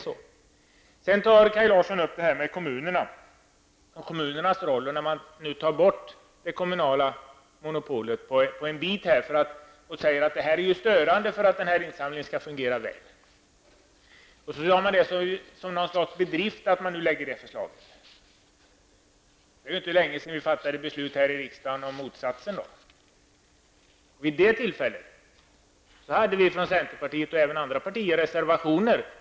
Sedan tog Kaj Larsson upp kommunernas roll när man nu tar bort det kommunala monopolet och sade att det är störande för att insamlingen skall fungera väl. Han framhöll det som något slags bedrift att man nu lägger fram det förslaget. Det är inte länge sedan vi här i riksdagen fattade beslut om motsatsen. Vid det tillfället hade vi från centerpartiet reservationer, och det hade även andra partier.